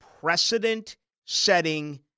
Precedent-setting